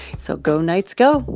so go, knights, go.